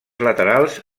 laterals